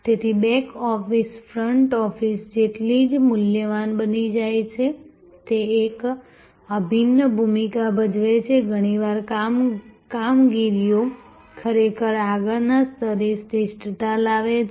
તેથી back office front office જેટલી જ મૂલ્યવાન બની જાય છે તે એક અભિન્ન ભૂમિકા ભજવે છે ઘણીવાર કામગીરીઓ ખરેખર આગળના સ્તરે શ્રેષ્ઠતા લાવે છે